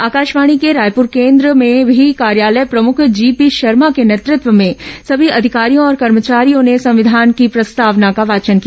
आकाशवाणी के रायपुर केन्द्र में भी कार्यालय प्रमुख जीपी शर्मा के नेतृत्व में सभी अधिकारियों और कर्मचारियों ने संविधान की प्रस्तावना का वाचन किया